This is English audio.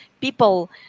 people